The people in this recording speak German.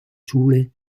schule